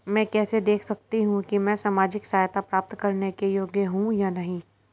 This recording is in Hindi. मैं कैसे देख सकती हूँ कि मैं सामाजिक सहायता प्राप्त करने के योग्य हूँ या नहीं?